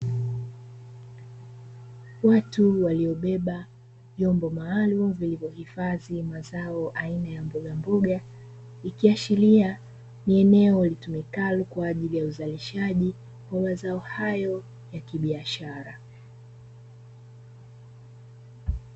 Watu waliobeba vyombo maalumu vilivyohifadhi mazao aina ya mbogamboga, ikiashiria ni eneo litumikalo kwa ajili ya uzalishaji wa mazao hayo ya kibiashara.